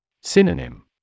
Synonym